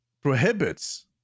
prohibits